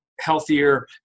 healthier